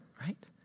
right